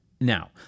Now